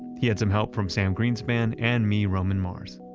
he had some help from sam greenspan and me, roman mars.